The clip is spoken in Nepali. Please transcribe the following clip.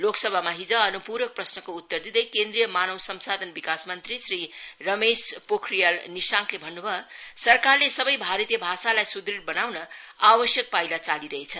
लोकसभामा हिजो अनुपूरक प्रश्नको उत्तर दिँदै केन्द्रीय मानव संसाधन विकास मंत्री श्री रमेश पोखरियल निशांकले भन्न्भयो सरकारले सबै भारतीय भाषालाई सुदृढ बताउन आवश्यक पाइला चालिरहेछ